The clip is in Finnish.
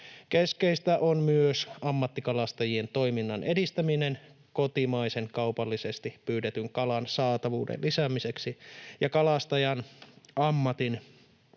Keskeistä on myös ammattikalastajien toiminnan edistäminen kotimaisen, kaupallisesti pyydetyn kalan saatavuuden lisäämiseksi ja kalastajan ammatin